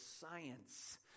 science